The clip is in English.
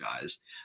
guys